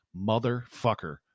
motherfucker